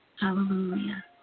Hallelujah